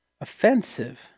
offensive